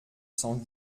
cent